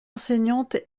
enseignante